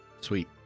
Sweet